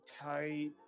tight